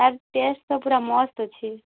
ତା'ର୍ ଟେଷ୍ଟ୍ ତ ପୁରା ମସ୍ତ୍ ଅଛି